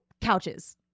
couches